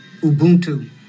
Ubuntu